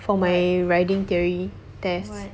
for my riding theory test